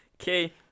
okay